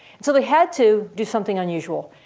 and so they had to do something unusual.